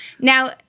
Now